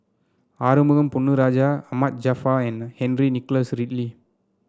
Arumugam Ponnu Rajah Ahmad Jaafar and Henry Nicholas Ridley